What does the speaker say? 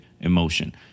emotion